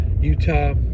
Utah